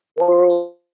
world